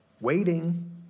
waiting